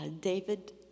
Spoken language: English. David